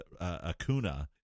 Acuna